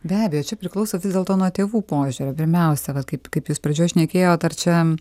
be abejo čia priklauso vis dėlto nuo tėvų požiūrio pirmiausia vat kaip kaip jūs pradžioj šnekėjot ar čia